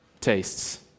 tastes